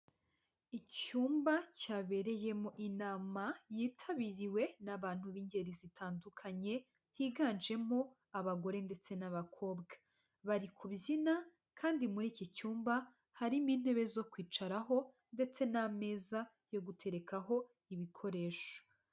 Icyumba cyabereyemo inama, yitabiriwe n'abantu b'ingeri zitandukanye higanjemo abagore ndetse n'abakobwa, bari kubyina kandi muri iki cyumba harimo intebe zo kwicaraho, ndetse n'ameza yo guterekaho ibikoresho.